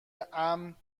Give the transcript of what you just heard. امن